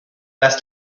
dass